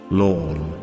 lawn